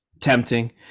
tempting